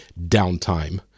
downtime